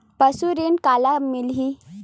पशु ऋण काला मिलही?